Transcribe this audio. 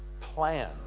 plan